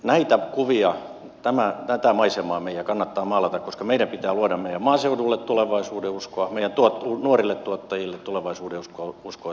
näitä kuvia tätä maisemaa meidän kannattaa maalata koska meidän pitää luoda meidän maaseudulle tulevaisuudenuskoa meidän nuorille tuottajille tulevaisuudenuskoa uskoa että kannattaa lähteä alalle